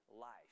life